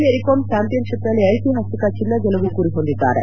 ಮೇರಿಕೋಮ್ ಚಾಂಪಿಯನ್ಶಿಪ್ನಲ್ಲಿ ಐತಿಹಾಸಿಕ ಚಿನ್ನ ಗೆಲ್ಲುವು ಗುರಿ ಹೊಂದಿದ್ದಾರೆ